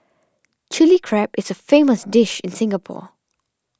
Chilli Crab is a famous dish in Singapore